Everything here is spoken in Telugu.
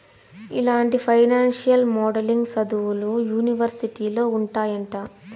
ఇలాంటి ఫైనాన్సియల్ మోడలింగ్ సదువులు యూనివర్సిటీలో ఉంటాయంట